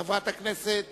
חברת הכנסת